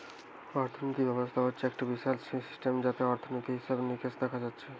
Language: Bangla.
অর্থিনীতি ব্যবস্থা হচ্ছে একটা বিশাল সিস্টেম যাতে অর্থনীতি, হিসেবে নিকেশ দেখা হচ্ছে